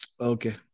Okay